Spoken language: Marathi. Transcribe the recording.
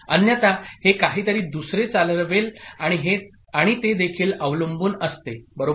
अन्यथा हे काहीतरी दुसरे चालवेल आणि ते देखील अवलंबून असते बरोबर